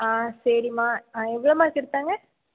ஆ சரிமா எவ்வளோ மார்க் எடுத்தாங்க